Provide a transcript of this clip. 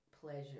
pleasure